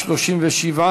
37,